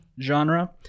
genre